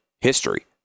history